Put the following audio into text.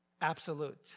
absolute